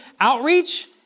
Outreach